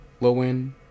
low-end